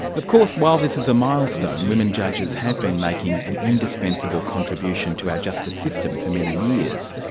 of course while this is a milestone, women judges have been making an indispensable contribution to our justice system for many years.